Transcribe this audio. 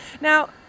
Now